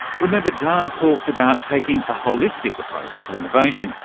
remember daan talked about taking a holistic approach to innovation,